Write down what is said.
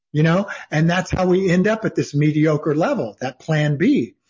you know and that's how we end up with this mediocre level that plan b.